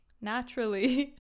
naturally